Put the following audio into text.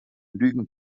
lügen